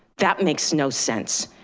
that makes no sense.